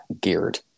geared